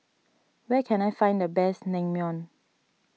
where can I find the best Naengmyeon